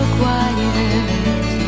quiet